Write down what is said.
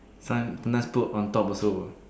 sometimes put on top also